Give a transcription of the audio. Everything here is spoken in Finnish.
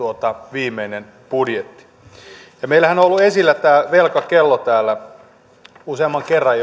viimeinen budjetti meillähän on ollut esillä tämä velkakello jo useamman kerran